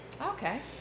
Okay